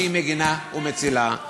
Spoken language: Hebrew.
שהיא מגינה ומצילה,